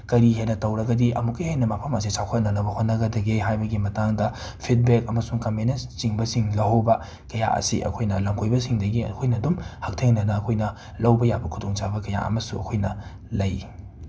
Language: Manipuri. ꯀꯔꯤ ꯍꯦꯟꯅ ꯇꯧꯔꯒꯗꯤ ꯑꯃꯨꯛꯀ ꯍꯦꯟꯅ ꯃꯐꯝ ꯑꯁꯦ ꯆꯥꯎꯈꯠꯅꯅꯕ ꯍꯣꯠꯅꯒꯗꯒꯦ ꯍꯥꯏꯕꯒꯤ ꯃꯇꯥꯡꯗ ꯐꯤꯠꯕꯦꯛ ꯑꯃꯁꯨꯡ ꯀꯃꯦꯟꯅꯆꯤꯡꯕꯁꯤꯡ ꯂꯧꯍꯧꯕ ꯀꯌꯥ ꯑꯁꯤ ꯑꯩꯈꯣꯏꯅ ꯂꯝꯀꯣꯏꯕꯁꯤꯡꯗꯒꯤ ꯑꯩꯈꯣꯏꯅ ꯑꯗꯨꯝ ꯍꯛꯊꯦꯡꯅꯅ ꯑꯩꯈꯣꯏꯅ ꯂꯧꯕ ꯌꯥꯕ ꯈꯨꯗꯣꯡꯆꯥꯕ ꯀꯌꯥ ꯑꯃꯁꯨ ꯑꯩꯈꯣꯏꯅ ꯂꯩ